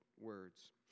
words